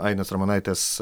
ainės ramonaitės